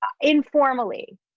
informally